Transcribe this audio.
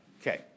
Okay